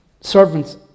servants